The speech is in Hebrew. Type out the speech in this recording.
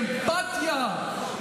כאילו אתם היחידים עם אמפתיה.